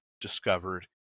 discovered